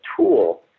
tool